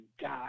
God